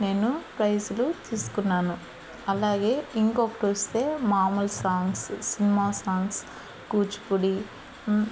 నేను ప్రైస్లు తీసుకున్నాను అలాగే ఇంకొకటి వస్తే మామూలు సాంగ్స్ సినిమా సాంగ్స్ కూచిపూడి